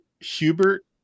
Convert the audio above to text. Hubert